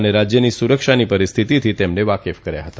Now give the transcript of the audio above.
અને રાજ્યની સુરક્ષા પરિસ્થિતિથી તેમને વાકેફ કર્યાહતા